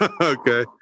Okay